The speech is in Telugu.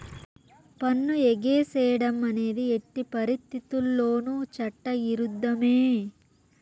పన్ను ఎగేసేడం అనేది ఎట్టి పరిత్తితుల్లోనూ చట్ట ఇరుద్ధమే